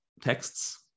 texts